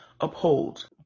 uphold